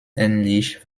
ähnlich